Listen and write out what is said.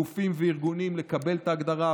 גופים וארגונים לקבל את ההגדרה.